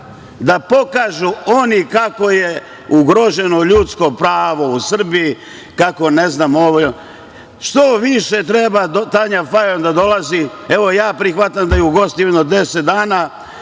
da pokažu oni kako je ugroženo ljudsko pravo u Srbiji, kako ovo ili ono. Što više treba Tanja Fajon da dolazi, evo, ja prihvatam da je ugostim jedno 10 dana